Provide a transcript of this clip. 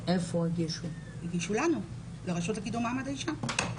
הגישו לנו, לרשות לקידום מעמד האישה.